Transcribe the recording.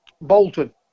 bolton